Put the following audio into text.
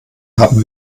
haben